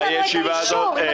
אבל